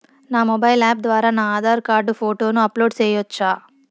నా mobile app ద్వారా నా ఆధార్ కార్డు ఫోటోను అప్లోడ్ సేయొచ్చా?